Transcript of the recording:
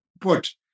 put